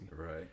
right